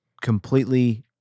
completely